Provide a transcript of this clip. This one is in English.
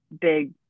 big